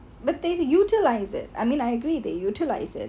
but they utilize it I mean I agree they utilise it